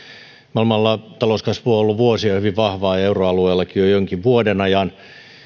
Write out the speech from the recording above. maailmalla talouskasvu on ollut jo vuosia hyvin vahvaa ja euroalueellakin jo jonkin vuoden ajan